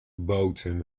boughton